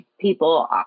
people